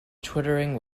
twittering